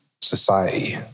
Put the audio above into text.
society